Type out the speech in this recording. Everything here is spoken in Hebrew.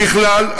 ככלל,